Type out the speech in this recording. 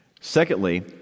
Secondly